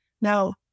Now